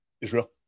Israel